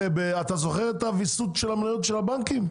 אתה זוכר את הוויסות של המניות של הבנקים?